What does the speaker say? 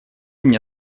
мне